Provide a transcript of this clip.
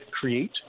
create